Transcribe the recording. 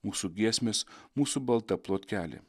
mūsų giesmės mūsų balta plotkelė